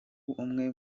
umwe